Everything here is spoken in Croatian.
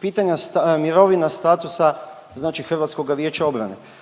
pitanja mirovina statusa znači HVO-a.